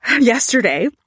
yesterday